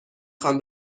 خوام